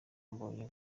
mbonyi